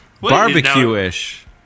Barbecue-ish